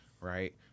right